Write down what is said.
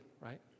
right